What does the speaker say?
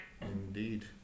Indeed